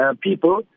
people